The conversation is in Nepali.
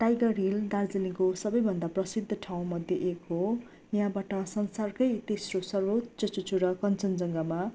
टाइगर हिल दार्जीलिङको सबैभन्दा प्रसिद्ध ठाउँ मध्ये एक हो यहाँबाट संसारकै तेस्रो सर्वोच्च चुचुरा कञ्चनजङ्घामा